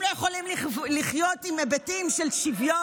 כי אתם לא יכולים לחיות עם היבטים של שוויון.